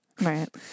right